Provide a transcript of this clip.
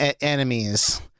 enemies